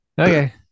Okay